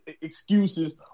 excuses